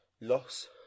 loss